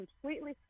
completely